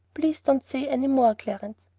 please don't say any more, clarence.